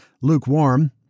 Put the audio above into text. lukewarm